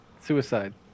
suicide